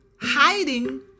hiding